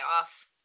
off